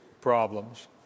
problems